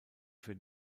für